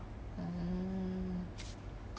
mm